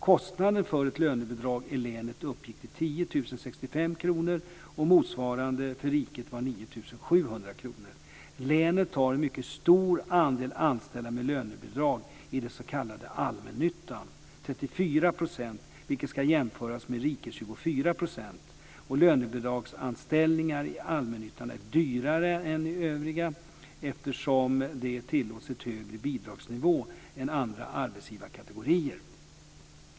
Utfallet blev Länet har en mycket stor andel anställda med lönebidrag i den s.k. allmännyttan, 34 %, vilket ska jämföras med rikets 24 %. Lönebidragsanställningar i allmännyttan är dyrare än hos övriga arbetsgivare, eftersom det tillåts en högre bidragsnivå än hos andra arbetsgivarkategorier.